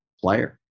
player